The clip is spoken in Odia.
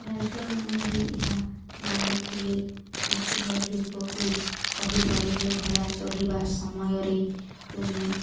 ରାଇଟର୍ ମାନେ ହିଁ ଏହା ଜାଣିଥିଲେ ପ୍ରତିକ ଲୋକକୁ କହିପାରିବେ ଘୋଡ଼ା ଚଢ଼ିବା ସମୟରେ ତୁମେ